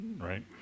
right